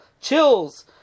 chills